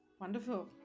Wonderful